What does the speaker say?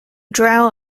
draw